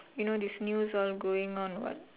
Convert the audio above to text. you know this news all going on what